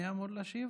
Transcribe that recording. מי אמור להשיב?